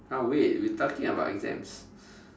!huh! wait we talking about exams